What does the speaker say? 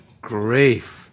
grief